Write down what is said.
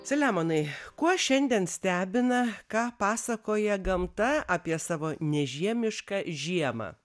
selemonai kuo šiandien stebina ką pasakoja gamta apie savo nežiemišką žiemą